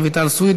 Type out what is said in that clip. רויטל סויד,